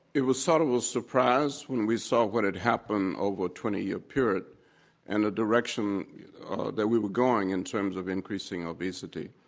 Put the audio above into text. it was sort of a surprise when we saw what had happened over a twenty year period and the direction that we were going in terms of increasing obesity.